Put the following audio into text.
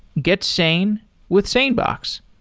get sane with sanebox.